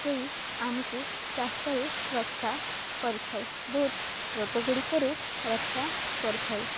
ଦେଇ ଆମକୁ ସ୍ୱାସ୍ଥ୍ୟରୁ ରକ୍ଷା କରିଥାଏ ବହୁତ ରୋଗ ଗୁଡ଼ିକରୁ ରକ୍ଷା କରିଥାଏ